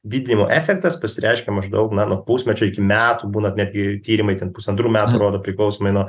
didinimo efektas pasireiškia maždaug na nuo pusmečio iki metų būna netgi tyrimai ten pusantrų metų rodo priklausomai nuo